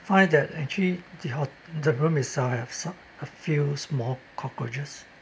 I find that actually the hot~ the room is uh have some a few small cockroaches